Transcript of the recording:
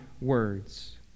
words